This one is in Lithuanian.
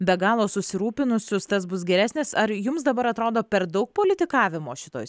be galo susirūpinusius tas bus geresnis ar jums dabar atrodo per daug politikavimo šitoj